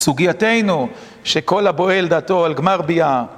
סוגייתנו שכל הבועל דתו על גמר ביאה